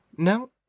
No